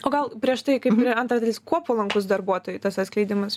o gal prieš tai kaip ir antra dalis kuo palankus darbuotojui tas atskleidimas